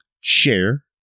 share